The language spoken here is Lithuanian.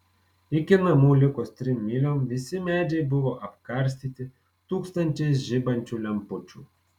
iki namų likus trim myliom visi medžiai buvo apkarstyti tūkstančiais žibančių lempučių